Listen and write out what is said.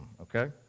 Okay